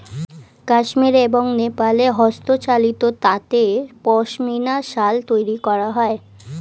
কাশ্মীর এবং নেপালে হস্তচালিত তাঁতে পশমিনা শাল তৈরি করা হয়